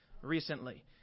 recently